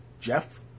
Jeff